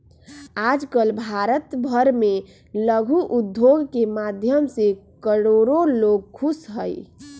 आजकल भारत भर में लघु उद्योग के माध्यम से करोडो लोग खुश हई